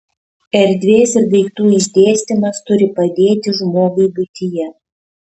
erdvės ir daiktų išdėstymas turi padėti žmogui buityje